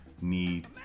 need